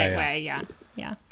anyway, yeah yeah,